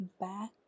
back